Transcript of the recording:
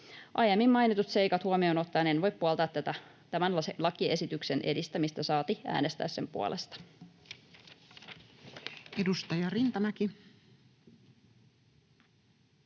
Aiemmin mainitut seikat huomioon ottaen en voi puoltaa tämän lakiesityksen edistämistä saati äänestää sen puolesta.